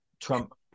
Trump